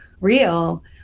real